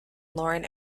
loren